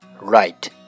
right